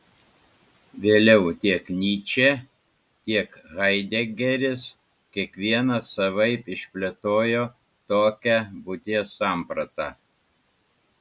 vėliau tiek nyčė tiek haidegeris kiekvienas savaip išplėtojo tokią būties sampratą